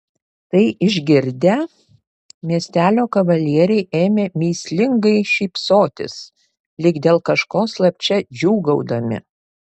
tai išgirdę miestelio kavalieriai ėmė mįslingai šypsotis lyg dėl kažko slapčia džiūgaudami